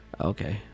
Okay